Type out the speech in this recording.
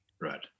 Right